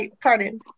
pardon